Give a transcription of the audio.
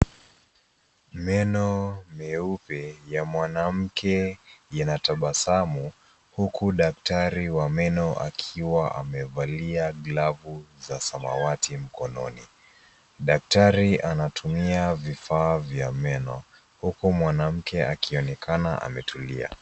Meno meupe ya mwanamke inatabasamu huku daktari wa meno akiwa amevalia glavu za samawati mkononi. Daktari anatumia vifaa vya meno huku mwanamke akionekana ametulia.